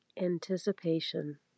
Anticipation